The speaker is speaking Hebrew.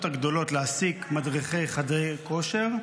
הגדולות להעסיק מדריכי חדרי כושר,